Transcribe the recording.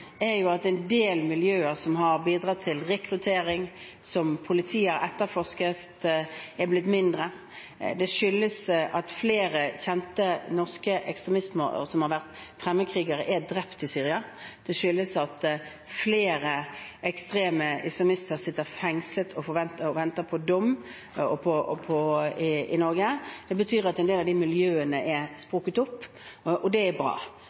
er jo at en del miljøer som har bidratt til rekruttering, som politiet har etterforsket, er blitt mindre. Det skyldes at flere kjente norske ekstremister, og som har vært fremmedkrigere, er drept i Syria. Det skyldes at flere ekstreme islamister sitter fengslet og venter på dom i Norge. Det betyr at en del av de miljøene er sprukket opp, og det er bra.